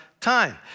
time